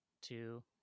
two